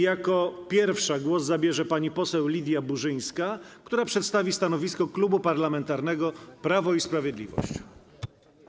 Jako pierwsza głos zabierze pani poseł Lidia Burzyńska, która przedstawi stanowisko Klubu Parlamentarnego Prawo i Sprawiedliwość.